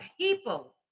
people